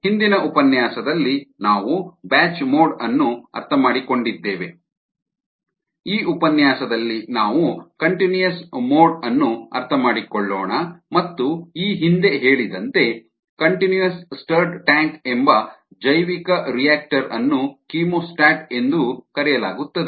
ಹಿಂದಿನ ಉಪನ್ಯಾಸದಲ್ಲಿ ನಾವು ಬ್ಯಾಚ್ ಮೋಡ್ ಅನ್ನು ಅರ್ಥಮಾಡಿಕೊಂಡಿದ್ದೇವೆ ಈ ಉಪನ್ಯಾಸದಲ್ಲಿ ನಾವು ಕಂಟಿನ್ಯೂಸ್ ಮೋಡ್ ಅನ್ನು ಅರ್ಥಮಾಡಿಕೊಳ್ಳೋಣ ಮತ್ತು ಈ ಹಿಂದೆ ಹೇಳಿದಂತೆ ಕಂಟಿನ್ಯೂಸ್ ಟ್ಯಾಂಕ್ ಎಂಬ ಜೈವಿಕರಿಯಾಕ್ಟರ್ ಅನ್ನು ಕೀಮೋಸ್ಟಾಟ್ ಎಂದೂ ಕರೆಯಲಾಗುತ್ತದೆ